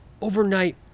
Overnight